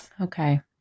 Okay